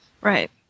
Right